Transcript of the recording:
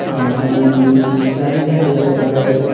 आं आनी चायनिसान कितें आसता तुमच्या कडेन